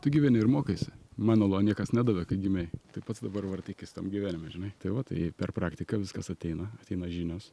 tai gyveni ir mokaisi manulo niekas nedavė kai gimei tai pats dabar vartykis tam gyvenime žinai tai va tai per praktiką viskas ateina ateina žinios